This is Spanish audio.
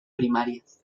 primarias